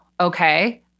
Okay